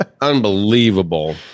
Unbelievable